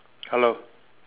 hello